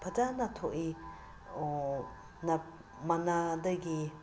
ꯐꯖꯅ ꯊꯣꯛꯏ ꯃꯅꯥꯗꯒꯤ